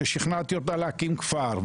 ששכנעתי אותה להקים כפר,